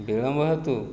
ବିଳମ୍ବ ହେତୁ